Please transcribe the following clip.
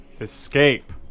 escape